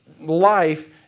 life